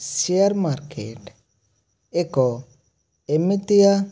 share market ଏକ ଏମିତିଆ